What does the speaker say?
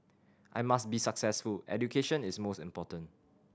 I must be successful education is most important